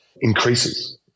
increases